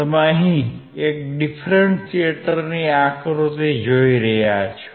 તમે અહિ એક ડિફરન્શિએટરની આકૃતિ જુઓ છો